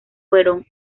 fueron